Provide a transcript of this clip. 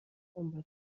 عمرت